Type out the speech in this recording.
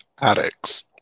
addicts